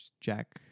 Jack